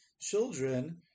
children